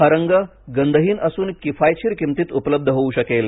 हा रंग गंधहीन असून किफायतशीर किमतीत उपलब्ध होऊ शकेल